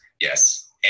Yes